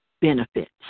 benefits